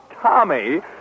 Tommy